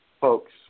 folks